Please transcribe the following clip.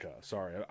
sorry